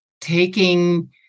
taking